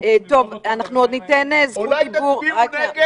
אולי תצביעו נגד.